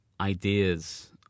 ideas